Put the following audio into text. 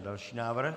Další návrh.